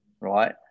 right